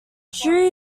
shri